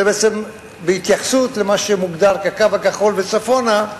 זה בהתייחסות למה שמוגדר כ"קו הכחול" וצפונה.